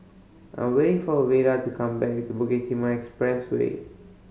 I'm waiting for Veda to come back to Bukit Timah Expressway